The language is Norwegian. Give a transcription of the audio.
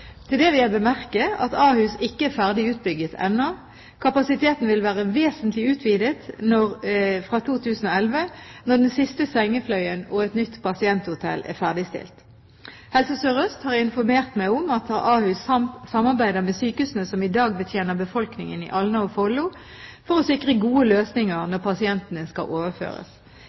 Til det vil jeg bemerke at Ahus ikke er ferdig utbygd ennå. Kapasiteten vil være vesentlig utvidet fra 2011, når den siste sengefløyen og et nytt pasienthotell er ferdigstilt. Helse Sør-Øst har informert meg om at Ahus samarbeider med sykehusene som i dag betjener befolkningen i Alna og Follo, for å sikre gode løsninger når pasientene skal overføres.